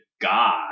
God